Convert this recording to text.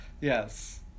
Yes